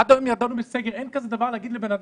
עד היום ידענו בסגר שאין דבר כזה להגיד לאדם,